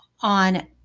on